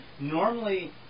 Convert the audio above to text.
normally